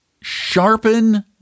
Sharpen